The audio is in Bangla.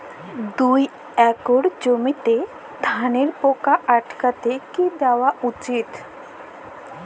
দুই একর জমিতে ধানের পোকা আটকাতে কি দেওয়া উচিৎ?